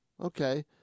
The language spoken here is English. okay